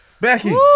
Becky